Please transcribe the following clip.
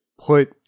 put